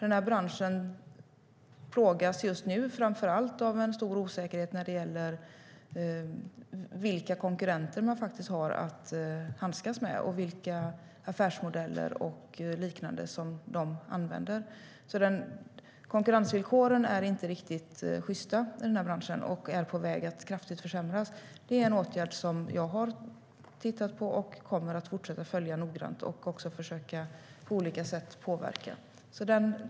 Den här branschen plågas just nu av framför allt en stor osäkerhet när det gäller vilka konkurrenter som man har att handskas med och vilka affärsmodeller och liknande som de använder sig av. Konkurrensvillkoren är inte riktigt sjysta i den här branschen, och de är på väg att kraftigt försämras. Det är något som jag har tittat på, kommer att följa noggrant och på olika sätt försöka att påverka.